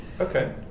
Okay